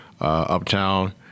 uptown